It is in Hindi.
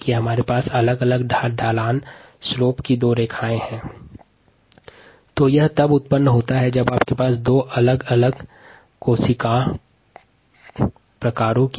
पर हमारे पास यहाँ अलग अलग ढलान की दो रेखाएँ हैं और जब आपके पास दो अलग अलग प्रकार के कोशिका की मिश्रित आबादी हो तब यह प्रदर्शित हो सकता है